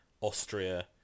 Austria